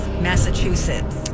Massachusetts